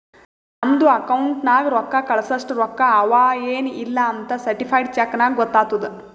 ನಮ್ದು ಅಕೌಂಟ್ ನಾಗ್ ರೊಕ್ಕಾ ಕಳ್ಸಸ್ಟ ರೊಕ್ಕಾ ಅವಾ ಎನ್ ಇಲ್ಲಾ ಅಂತ್ ಸರ್ಟಿಫೈಡ್ ಚೆಕ್ ನಾಗ್ ಗೊತ್ತಾತುದ್